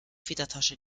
federtasche